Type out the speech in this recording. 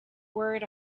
word